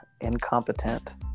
incompetent